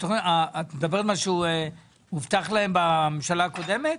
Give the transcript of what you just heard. את מדברת על מה שהובטח להם בממשלה הקודמת?